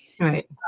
Right